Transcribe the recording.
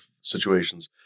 situations